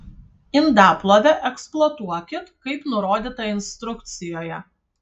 indaplovę eksploatuokit kaip nurodyta instrukcijoje